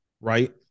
right